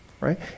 right